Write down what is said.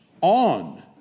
on